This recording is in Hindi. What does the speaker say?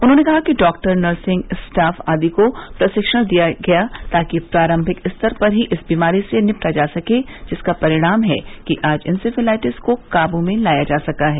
उन्होंने कहा कि डॉक्टर नर्सिंग स्टाफ आदि को प्रशिक्षण दिया गया ताकि प्रारम्भिक स्तर पर ही इस बीमारी से निपटा जा सके जिसका परिणाम है कि आज इन्सेफेलाइटिस को काबू में लाया जा सका है